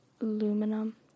aluminum